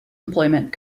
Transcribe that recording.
employment